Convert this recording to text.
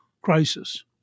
crisis